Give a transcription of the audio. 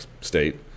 state